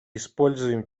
используем